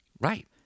Right